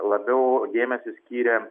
labiau dėmesį skyrė